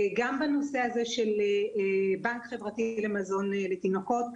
גם בנושא הזה של בנק חברתי למזון לתינוקות,